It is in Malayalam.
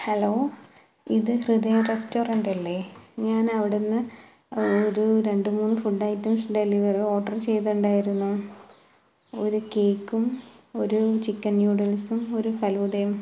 ഹലോ ഇത് ഹൃദയ റെസ്റ്റോറന്റ്റ്റ അല്ലെ ഞാനവിടുന്നു ഒരു രണ്ടുമൂന്ന് ഫുഡ് ഐറ്റംസ് ഡെലിവര് ഓര്ഡര് ചെയ്തുണ്ടായിരുന്നു ഒരു കേക്കും ഒരു ചിക്കന് നൂഡില്സും ഒരു ഫലൂദയും